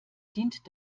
dient